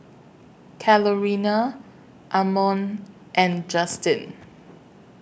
Carolina Ammon and Justyn